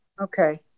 Okay